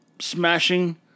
Smashing